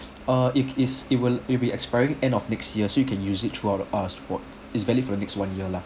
err it is it will it'll be expiring end of next year so you can used it throughout ah for is valid for the next one year lah